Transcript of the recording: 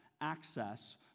access